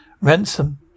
Ransom